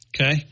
Okay